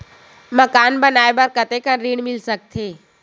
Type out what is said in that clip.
मकान बनाये बर कतेकन ऋण मिल सकथे?